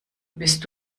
bist